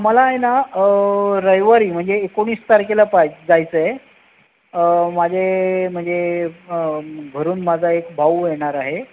मला आहे ना रविवारी म्हणजे एकोणीस तारखेला पाय जायचं आहे माझे म्हणजे घरून माझा एक भाऊ येणार आहे